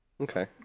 Okay